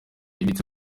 faranga